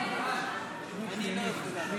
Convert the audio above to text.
בדבר הפחתת תקציב לא נתקבלו.